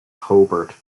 hobart